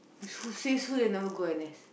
you says whog never go N_S